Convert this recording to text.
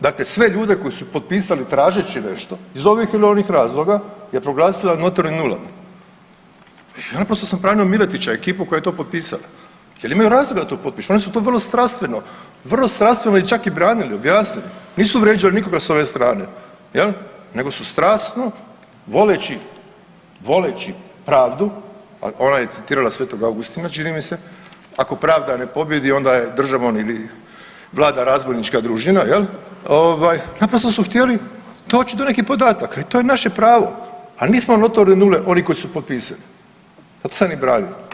Dakle sve ljude koji su potpisali tražeći nešto iz ovih ili onih razloga je proglasila notornim nulama i naprosto sam pravdao Miletića i ekipu koja je to potpisala jel imaju razloga da to potpišu, oni su to vrlo strastveno, vrlo strastveno i čak i branili, objasnili, nisu vrijeđali nikoga s ove strane jel, nego su strasno voleći, voleći pravdu, a ona je citirala Svetog Augustina čini mi se, ako pravda ne pobjedi onda državom vlada razbojnička družina jel ovaj, naprosto su htjeli doć do nekih podataka i to je naše pravo, al mi smo notorne nule oni koji su potpisali zato sam ih i branio.